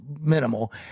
minimal